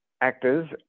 actors